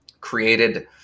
created